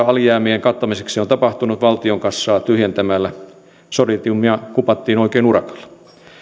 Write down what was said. alijäämien kattaminen on tapahtunut valtion kassaa tyhjentämällä solidiumia kupattiin oikein urakalla